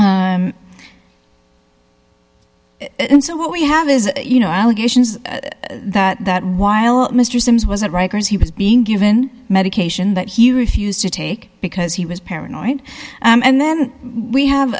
so what we have is you know allegations that while mr simms was at rikers he was being given medication that he refused to take because he was paranoid and then we have